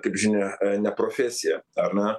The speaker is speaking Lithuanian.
kaip žinia ne profesija ar na